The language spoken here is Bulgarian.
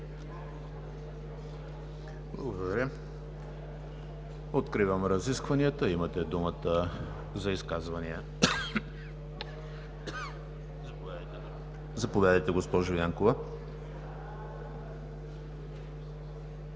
Благодаря. Откривам разискванията. Имате думата за изказвания. Заповядайте, уважаеми